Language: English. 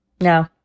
no